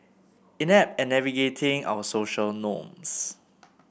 inept at navigating our social norms